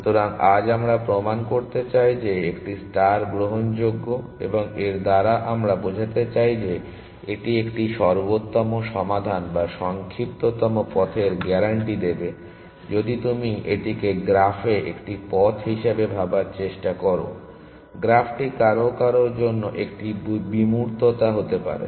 সুতরাং আজ আমরা প্রমাণ করতে চাই যে একটি ষ্টার গ্রহণযোগ্য এবং এর দ্বারা আমরা বোঝাতে চাই যে এটি একটি সর্বোত্তম সমাধান বা সংক্ষিপ্ততম পথের গ্যারান্টি দেবে যদি তুমি এটিকে গ্রাফে একটি পথ হিসাবে ভাবার চেষ্টা করো গ্রাফটি কারও কারও জন্য একটি বিমূর্ততা হতে পারে